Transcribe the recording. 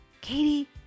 Katie